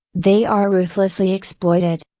they are ruthlessly exploited.